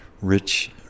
rich